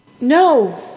No